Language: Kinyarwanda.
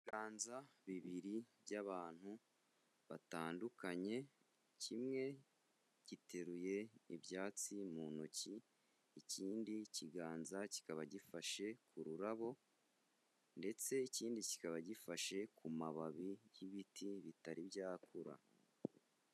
Ibiganza bibiri by'abantu batandukanye, kimwe giteruye ibyatsi mu ntoki, ikindi kiganza kikaba gifashe ururabo ndetse ikindi kikaba gifashe ku mababi y'ibiti bitari byakura.